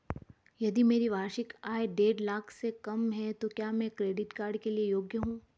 यदि मेरी वार्षिक आय देढ़ लाख से कम है तो क्या मैं क्रेडिट कार्ड के लिए योग्य हूँ?